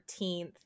13th